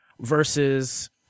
versus